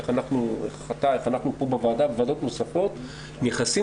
איך אנחנו פה בוועדה ובוועדות נוספות נכנסים